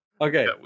Okay